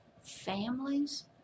families